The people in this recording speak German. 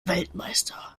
weltmeister